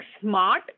smart